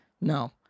No